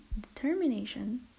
determination